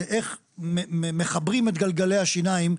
זה איך מחברים את גלגלי השיניים,